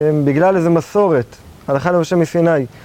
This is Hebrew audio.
בגלל איזו מסורת, הלכה למשה מסיני